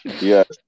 yes